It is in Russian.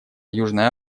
южная